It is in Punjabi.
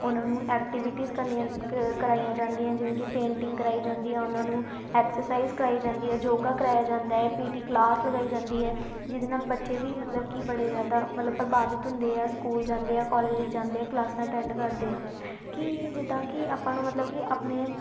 ਉਹਨਾਂ ਨੂੰ ਐਕਟੀਵਿਟੀਜ਼ ਕਰਨੀਆਂ ਕ ਕਰਵਾਈਆਂ ਜਾਂਦੀਆਂ ਜਿਵੇਂ ਕਿ ਪੇਂਟਿੰਗ ਕਰਵਾਈ ਜਾਂਦੀ ਹੈ ਉਹਨਾਂ ਨੂੰ ਐਕਸਰਸਾਈਜ਼ ਕਰਵਾਈ ਜਾਂਦੀ ਆ ਯੋਗਾ ਕਰਾਇਆ ਜਾਂਦਾ ਹੈ ਪੀ ਟੀ ਕਲਾਸ ਲਗਾਈ ਜਾਂਦੀ ਹੈ ਜਿਹਦੇ ਨਾਲ ਬੱਚੇ ਵੀ ਮਤਲਬ ਕਿ ਬੜੇ ਜ਼ਿਆਦਾ ਮਤਲਬ ਪ੍ਰਭਾਵਿਤ ਹੁੰਦੇ ਆ ਸਕੂਲ ਜਾਂਦੇ ਆ ਕੋਲਜ ਜਾਂਦੇ ਆ ਕਲਾਸਾਂ ਅਟੈਂਡ ਕਰਦੇ ਆ ਕਿ ਜਿੱਦਾਂ ਕਿ ਆਪਾਂ ਨੂੰ ਮਤਲਬ ਕਿ ਆਪਣੇ